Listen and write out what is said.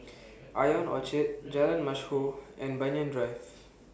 Ion Orchard Jalan Mashhor and Banyan Drive